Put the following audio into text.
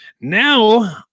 Now